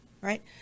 right